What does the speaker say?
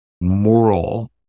moral